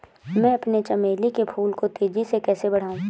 मैं अपने चमेली के फूल को तेजी से कैसे बढाऊं?